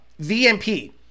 VMP